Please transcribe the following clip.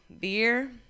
Beer